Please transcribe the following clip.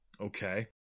Okay